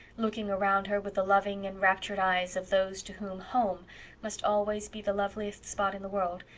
looking around her with the loving, enraptured eyes of those to whom home must always be the loveliest spot in the world,